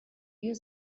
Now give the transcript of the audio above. you